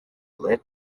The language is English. led